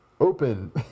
open